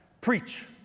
Preach